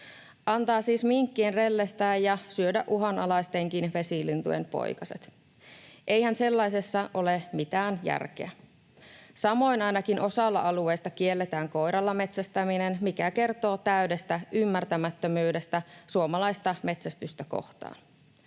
Antaa siis minkkien rellestää ja syödä uhanalaistenkin vesilintujen poikaset. Eihän sellaisessa ole mitään järkeä. Samoin ainakin osalla alueista kielletään koiralla metsästäminen, mikä kertoo täydestä ymmärtämättömyydestä suomalaista metsästystä kohtaan.